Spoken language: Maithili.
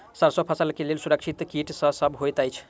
सैरसो फसल केँ लेल असुरक्षित कीट केँ सब होइत अछि?